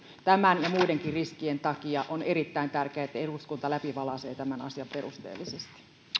tämän ja muidenkin riskien takia on erittäin tärkeää että eduskunta läpivalaisee tämän asian perusteellisesti